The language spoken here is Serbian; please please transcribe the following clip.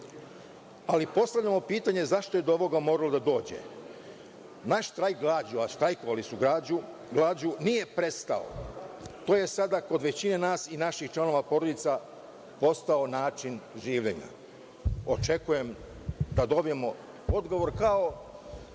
postavljamo pitanje – zašto je do ovoga moralo da dođe? Naš štrajk glađu, a štrajkovali su glađu, nije prestao. To je sada kod većine nas i naših članova porodica postao način življenja. Očekujem da dobijemo odgovor, kao